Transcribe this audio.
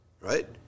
right